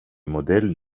modell